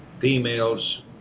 females